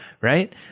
right